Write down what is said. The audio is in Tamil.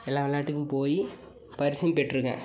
எல்லா விளையாட்டுக்கும் போய் பரிசும் பெற்றுக்கேன்